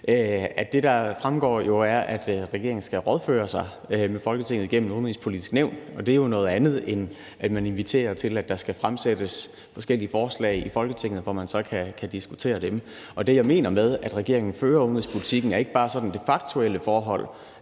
det, der fremgår, jo er, at regeringen skal rådføre sig med Folketinget gennem Udenrigspolitisk Nævn. Og det er jo noget andet, end at man inviterer til, at der skal fremsættes forskellige forslag i Folketinget, hvor man så kan diskutere dem. Det, jeg mener med, at regeringen fører udenrigspolitikken, er ikke bare det sådan faktuelle forhold,